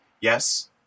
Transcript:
yes